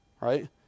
right